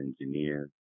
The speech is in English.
engineer